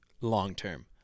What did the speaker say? long-term